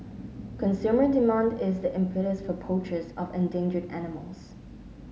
consumer demand is the impetus for poachers of endangered animals